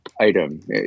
item